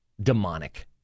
demonic